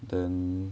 then